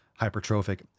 hypertrophic